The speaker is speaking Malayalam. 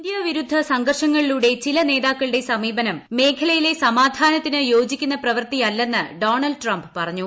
ഇന്ത്യ വിരുദ്ധ സംഘർഷങ്ങളിലൂടെ ചില നേതാക്കളുടെ സമീപനം മേഖലയിലെ സമാധാനത്തിന് യോജിക്കുന്ന പ്രവൃത്തിയല്ലെന്ന് ഡോണൾഡ് ട്രംപ് പറഞ്ഞു